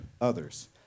others